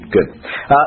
Good